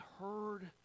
heard